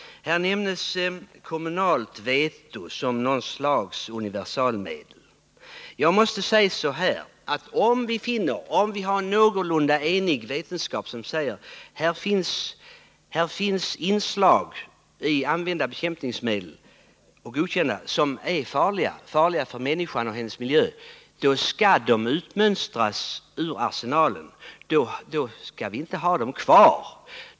Kommunalt veto har nämnts som något slags universalmedel. Om vi har någorlunda eniga vetenskapsmän som säger att det finns inslag i godkända bekämpningsmedel som är farliga för människan och hennes miljö, skall dessa medel utmönstras ur arsenalen — då skall vi inte ha dem kvar.